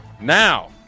Now